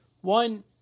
one